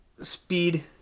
speed